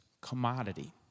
commodity